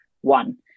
one